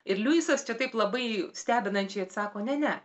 ir luisas čia taip labai stebinančiai atsako ne ne